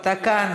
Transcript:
אתה כאן,